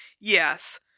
yes